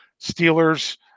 Steelers